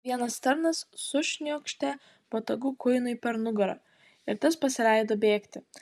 vienas tarnas sušniokštė botagu kuinui per nugarą ir tas pasileido bėgti